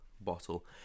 Bottle